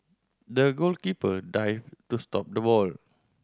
the goalkeeper dived to stop the ball